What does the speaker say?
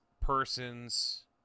person's